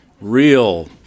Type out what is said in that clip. Real